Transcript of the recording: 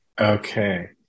Okay